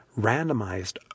randomized